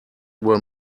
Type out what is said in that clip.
were